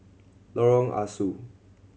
Lorong Ah Soo